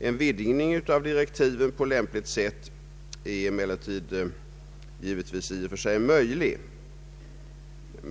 En vidgning av direktiven på lämpligt sätt är givetvis i och för sig möjlig.